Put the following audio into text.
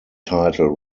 title